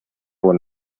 will